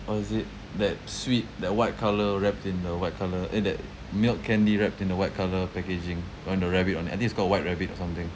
what was it that sweet that white colour wrapped in the white colour eh that milk candy wrapped in the white colour packaging the one with the rabbit [one] I think it's called white rabbit or something